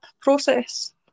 process